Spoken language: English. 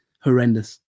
horrendous